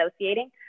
associating